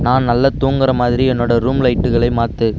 நான் நல்லா தூங்குற மாதிரி என்னோட ரூம் லைட்டுகளை மாற்று